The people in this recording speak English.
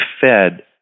Fed